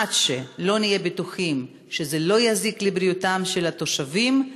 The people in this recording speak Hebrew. עד שלא נהיה בטוחים שזה לא יזיק לבריאותם של התושבים,